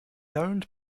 owned